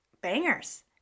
bangers